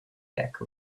back